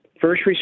first